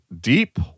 deep